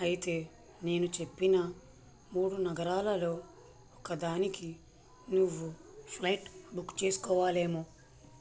అయితే నేను చెప్పిన మూడు నగరాలలో ఒకదానికి నువ్వు ఫ్లయిట్ బుక్ చేసుకోవాలేమో